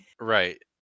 right